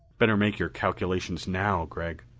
better make your calculations now, gregg,